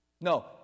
No